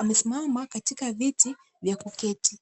wamesimama katika viti vya kuketi.